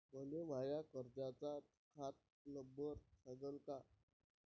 मले माया कर्जाचा खात नंबर सांगान का?